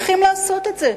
איך זה קרה?